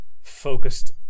focused